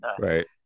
Right